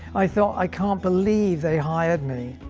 i thought i can't believe they hired me.